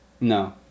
No